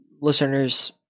listeners